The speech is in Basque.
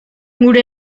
gure